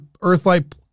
Earth-like